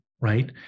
right